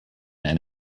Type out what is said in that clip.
and